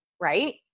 right